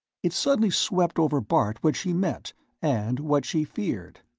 it suddenly swept over bart what she meant and what she feared.